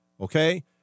okay